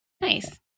Nice